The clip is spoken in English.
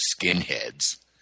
skinheads